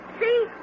See